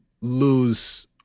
lose